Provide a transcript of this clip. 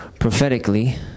Prophetically